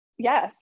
Yes